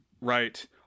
Right